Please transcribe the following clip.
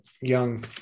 young